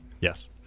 Yes